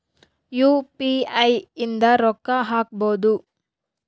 UPI ಇಂದ ರೊಕ್ಕ ಹಕ್ಬೋದು